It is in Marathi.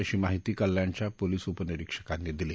अशी माहिती कल्याणच्या पोलीस उपनिरिक्षकाती दिली